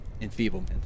enfeeblement